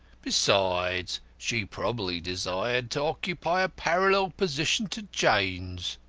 besides, she probably desired to occupy a parallel position to jane's.